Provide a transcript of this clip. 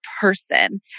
person